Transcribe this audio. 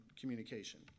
communication